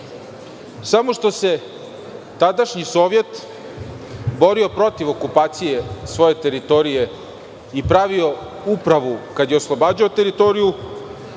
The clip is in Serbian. Samo što se tadašnji Sovjet borio protiv okupacije svoje teritorije i pravio upravu kada je oslobađao teritoriju,